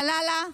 / לה לה לה,